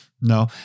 No